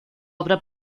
obra